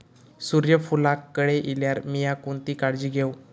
सूर्यफूलाक कळे इल्यार मीया कोणती काळजी घेव?